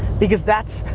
because that's,